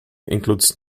includes